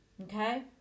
okay